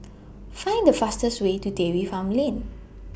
Find The fastest Way to Dairy Farm Lane